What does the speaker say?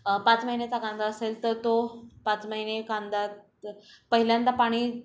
पाच महिन्याचा कांदा असेल तर तो पाच महिने कांदा पहिल्यांदा पाणी